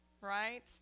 right